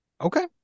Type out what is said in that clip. okay